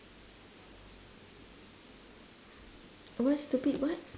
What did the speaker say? what stupid what